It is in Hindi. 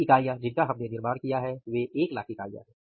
कुल इकाइयाँ जिनका हमने निर्माण किया है वह 100000 है